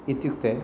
इत्युक्ते